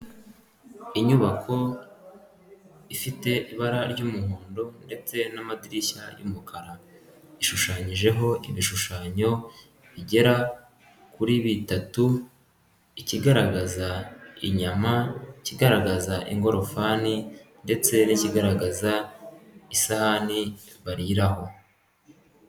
Inyubako ifite ibara ry'umuhondo ndetse n'amadirishya y'umukara, ishushanyijeho ibishushanyo bigera kuri bitatu ikigaragaza inyama, ikigaragaza ingorofani ndetse n'ikigaragaza isahani bariraho.